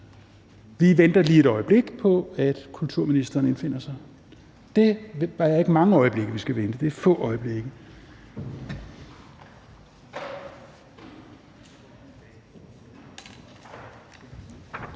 Vi venter lige et øjeblik på, at kulturministeren indfinder sig, det er ikke mange øjeblikke, vi skal vente, det er få øjeblikke.